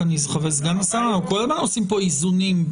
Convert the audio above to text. סגן השר, אנחנו כל הזמן עושים כאן איזונים.